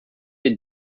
are